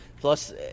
Plus